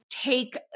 take